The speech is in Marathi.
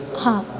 हां